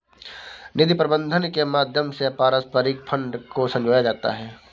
निधि प्रबन्धन के माध्यम से पारस्परिक फंड को संजोया जाता है